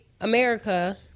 America